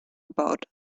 about